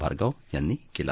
भार्गव यांनी केलं